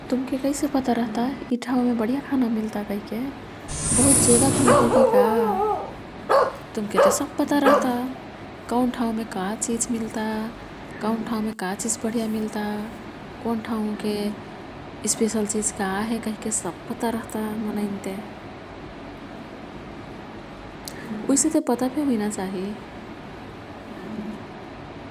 तुमके कैसे पता रह्ता यी ठाउँ मे बढिया खाना मिल्ता कहिके। बहुत जेदा घुम्तो किका? तुमके ते सब पता रह्ता। कौन ठाउँ मे का चिज मिल्ता? कौन ठाउँ मे का चिज बढिया मिल्ता? कोन ठाउँके स्पेसल चिज का हे कहिके सब पता रह्ता मनैन् ते। उईसे ते पता फे हुइना चाही।